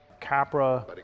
Capra